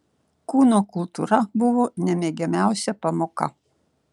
kūno kultūra buvo nemėgiamiausia pamoka